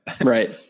right